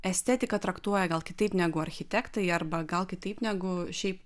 estetiką traktuoja gal kitaip negu architektai arba gal kitaip negu šiaip